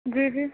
جی جی